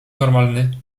normalny